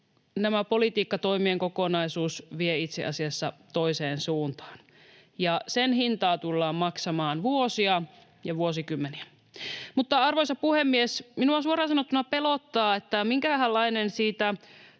tämä politiikkatoimien kokonaisuus vie itse asiassa toiseen suuntaan, ja sen hintaa tullaan maksamaan vuosia ja vuosikymmeniä. Arvoisa puhemies! Minua suoraan sanottuna pelottaa, minkähänlainen siitä